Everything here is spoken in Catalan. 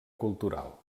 cultural